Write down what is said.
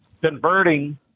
converting